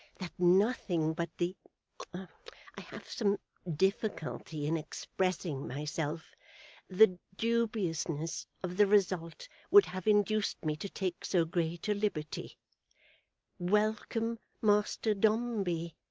that nothing but the i have some difficulty in expressing myself the dubiousness of the result would have induced me to take so great a liberty welcome, master dombey,